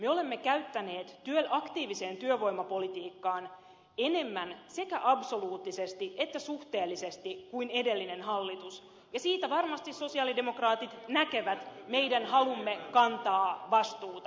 me olemme käyttäneet aktiiviseen työvoimapolitiikkaan enemmän sekä absoluuttisesti että suhteellisesti kuin edellinen hallitus ja siitä varmasti sosialidemokraatit näkevät meidän halumme kantaa vastuuta